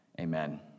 Amen